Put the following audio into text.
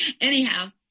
Anyhow